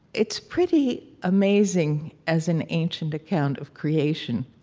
it's pretty amazing as an ancient account of creation.